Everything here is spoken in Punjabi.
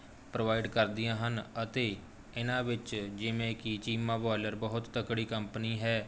ਪ੍ਰੋਵਾਈਡ ਕਰਦੀਆਂ ਹਨ ਅਤੇ ਇਹਨਾਂ ਵਿੱਚ ਜਿਵੇਂ ਕਿ ਚੀਮਾ ਬੋਇਲਰ ਬਹੁਤ ਤਕੜੀ ਕੰਪਨੀ ਹੈ